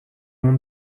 مون